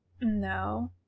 no